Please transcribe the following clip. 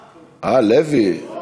רגע.